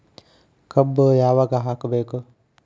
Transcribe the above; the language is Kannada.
ಕಬ್ಬು ಯಾವಾಗ ಹಾಕಬೇಕು?